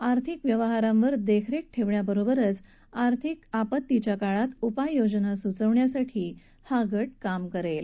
आर्थिक व्यवहारांवर देखरेख ठेवण्याबरोबरच आर्थिक संकटाच्या काळात उपाय योजना सुचवण्यासाठी हा गट कार्य करेल